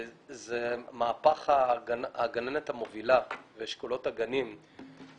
זה מהפך הגננת המובילה ואשכולות הגנים.